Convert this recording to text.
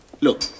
Look